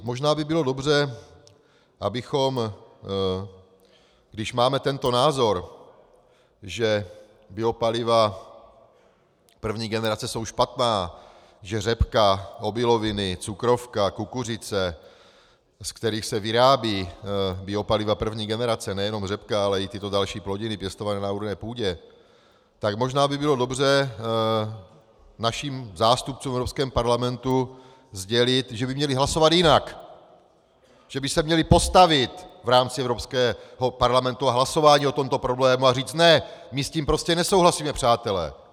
Možná by bylo dobře, abychom, když máme tento názor, že biopaliva první generace jsou špatná, že řepka, obiloviny, cukrovka, kukuřice, ze kterých se vyrábějí biopaliva první generace, nejenom řepka, ale i tyto další plodiny pěstované na orné půdě, tak možná by bylo dobře našim zástupcům v Evropském parlamentě sdělit, že by měli hlasovat jinak, že by se měli postavit v rámci Evropského parlamentu a hlasování o tomto problému a říci: ne, my s tím prostě nesouhlasíme, přátelé.